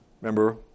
Remember